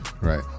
Right